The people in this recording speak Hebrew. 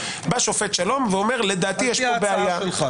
בא שופט שלום ואומר: לדעתי יש פה בעיה.